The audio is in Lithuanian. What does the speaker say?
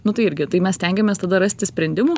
nu tai irgi tai mes stengiamės tada rasti sprendimų